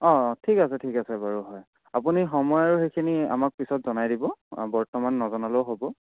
অঁ অঁ ঠিক আছে ঠিক আছে বাৰু হয় আপুনি সময়ৰ সেইখিনি আমাক পিছত জনাই দিব অঁ বৰ্তমান নজনালেও হ'ব